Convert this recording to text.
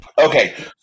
Okay